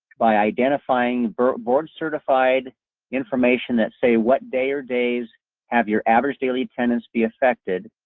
by identifying board-certified information that say what day or days have your average daily attendance be affected.